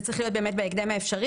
וזה צריך להיות בהקדם האפשרי,